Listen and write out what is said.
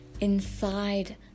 inside